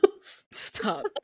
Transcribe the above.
Stop